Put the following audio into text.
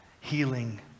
healing